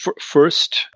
First